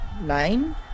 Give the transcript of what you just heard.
nine